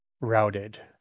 routed